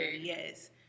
Yes